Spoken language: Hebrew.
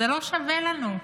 זה לא שווה לנו,